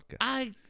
I-